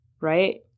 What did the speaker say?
right